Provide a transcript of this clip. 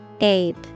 Ape